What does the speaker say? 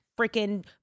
freaking